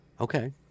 Okay